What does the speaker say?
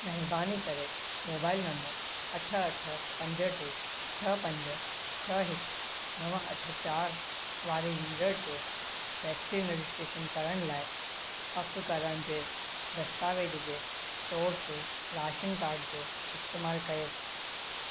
महिरबानी करे mobile number अठ अठ पंज टे छह पंज छह हिकु नव अठ चारि वारे यूजर जो वैक्सीन रजिस्ट्रेशन करण लाइ पक करण जे दस्तावेज़ जे तौरु ते राशन कार्ड जो इस्तेमालु कयो